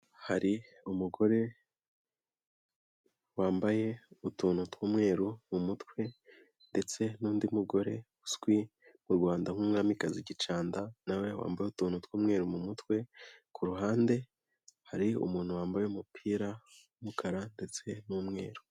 Hari umugore, wambaye utuntu tw'umweru mu mutwe, ndetse n'undi mugore uzwi mu Rwanda nk'umwamikazi gicanda nawe wambaye utuntu tw'umweru mu mutwe, kuruhande, hari umuntu wambaye umupira w'umukara ndetse n'umweru.